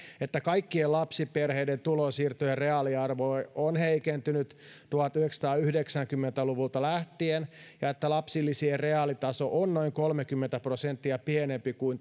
että kaikkien lapsiperheiden tulonsiirtojen reaaliarvo on heikentynyt tuhatyhdeksänsataayhdeksänkymmentä luvulta lähtien ja että lapsilisien reaalitaso on noin kolmekymmentä prosenttia pienempi kuin